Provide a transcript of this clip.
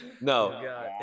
No